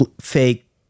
fake